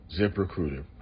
ZipRecruiter